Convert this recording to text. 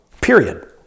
period